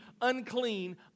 unclean